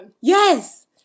Yes